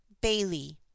Bailey